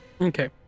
Okay